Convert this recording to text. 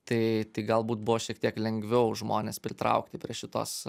tai tai galbūt buvo šiek tiek lengviau žmones pritraukti prie šitos